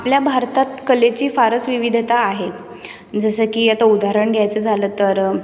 आपल्या भारतात कलेची फारच विविधता आहे जसं की आता उदाहरण घ्यायचं झालं तर